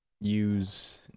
use